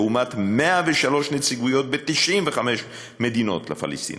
לעומת 103 נציגויות ב-95 מדינות לפלסטינים.